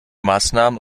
maßnahmen